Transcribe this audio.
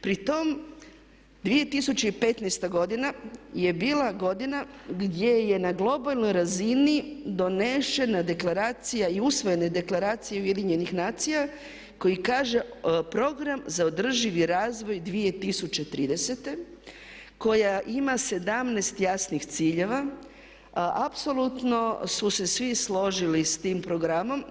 Pri tome 2015. godina je bila godina gdje je na globalnoj razini donesena deklaracija i usvojene deklaracije Ujedinjenih nacija koji kaže program za održivi razvoj 2030. koja ima 17 jasnih ciljeva, apsolutno su se svi složili sa tim programom.